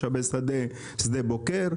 משאבי שדה-שדה בוקר,